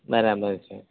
બરાબર છે